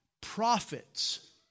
Prophets